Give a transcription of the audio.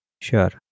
Sure